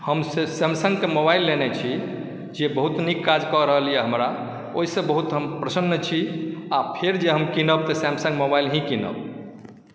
हम सैमसङ्ग के मोबाइल लेने छी जे बहुत नीक काज कऽ रहल यऽ हमरा ओहिसंँ बहुत हम प्रसन्न छी आ फेर जे हम किनब तऽ सैमसङ्ग मोबाइल ही किनब